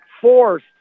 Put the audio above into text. fourth